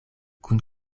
kun